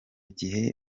gihe